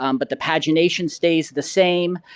um but the pagination stays the same.